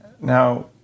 Now